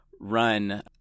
run